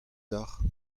deocʼh